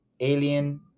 alien